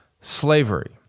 slavery